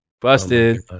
busted